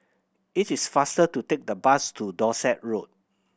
it is faster to take the bus to Dorset Road